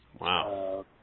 Wow